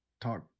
talk